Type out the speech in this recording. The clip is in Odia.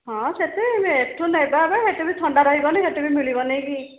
ହଁ ସେଇଠି ଏଇଠୁ ନେବା ଅପେକ୍ଷା ସେଇଠି ବି ଥଣ୍ଡା ରହିବନି ସେଇଠି ବି ମିଳିବ ନାଇଁ କି